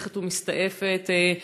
שהולכת ומסתעפת,